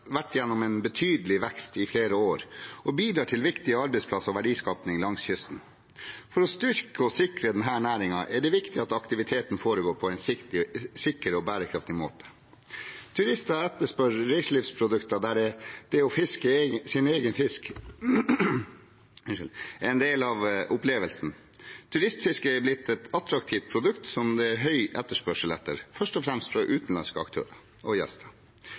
vært gjennom en betydelig vekst i flere år og bidrar til viktige arbeidsplasser og verdiskaping langs kysten. For å styrke og sikre denne næringen er det viktig at aktiviteten foregår på en sikker og bærekraftig måte. Turister etterspør reiselivsprodukter der det å fiske sin egen fisk er en del av opplevelsen. Turistfiske er blitt et attraktivt produkt som det er høy etterspørsel etter, først og fremst fra utenlandske aktører og gjester.